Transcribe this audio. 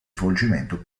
svolgimento